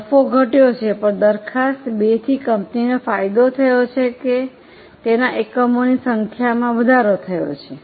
નફો ઘટ્યો છે પણ દરખાસ્ત 2 થી કંપનીને ફાયદો થયો છે કે તેના એકમોની સંખ્યામાં વધારો થયો છે